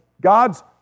God's